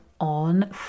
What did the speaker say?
on